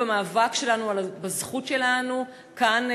במאבק שלנו על הזכות שלנו כאן,